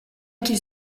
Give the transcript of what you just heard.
qu’il